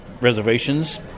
reservations